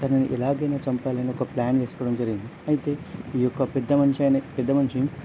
తనని ఎలాగైనా చంపాలని ఒక ప్లాన్ వేసుకోవడం జరిగింది అయితే ఈ యొక పెద్దమనిషి అనే పెద్దమనిషి